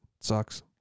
Sucks